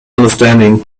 understanding